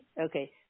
Okay